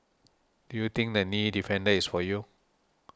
do you think the Knee Defender is for you